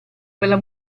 quella